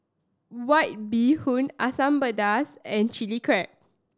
White Bee Hoon Asam Pedas and Chilli Crab